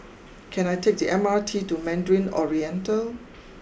can I take the M R T to Mandarin Oriental